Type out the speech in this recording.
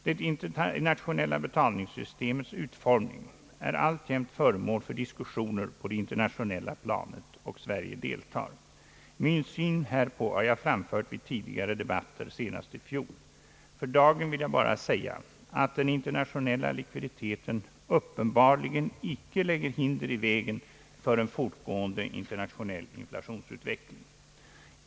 Det internationella betalningssystemets utformning är alltjämt föremål för diskussioner på det internationella planet, och Sverige deltar. Min syn härpå har jag framfört i tidigare debatter, se nast i fjol. För dagen vill jag endast säga att den internationella likviditeten uppenbarligen inte lägger hinder i vägen för en fortgående internationell inflationsutveckling.